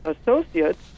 Associates